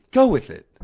go with it.